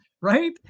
right